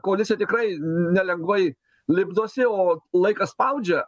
koalicija tikrai nelengvai lipdosi o laikas spaudžia